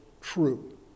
true